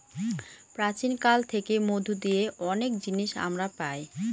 প্রাচীন কাল থেকে মধু দিয়ে অনেক জিনিস আমরা পায়